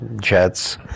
jets